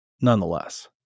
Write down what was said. nonetheless